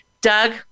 Doug